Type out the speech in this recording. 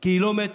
כי היא לא מתה.